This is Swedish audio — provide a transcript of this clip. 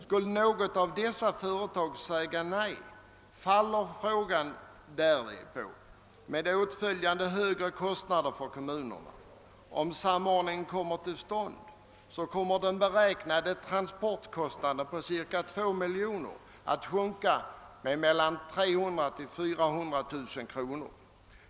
Skulle något av företagen säga nej faller frågan med åtföljande högre kostnader för kommunerna. Kommer samordningen till stånd sjunker den beräknade transportkostnaden på ca 2 miljoner med mellan 300 000 och 400 000 kronor.